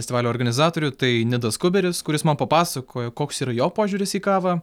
festivalio organizatorių tai nidas kiuberis kuris man papasakojo koks yra jo požiūris į kavą